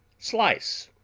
slice,